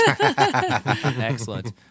Excellent